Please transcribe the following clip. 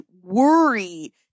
worry